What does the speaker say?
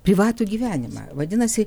privatų gyvenimą vadinasi